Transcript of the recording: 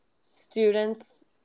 Students